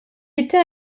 était